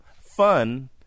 Fun